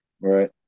Right